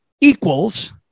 equals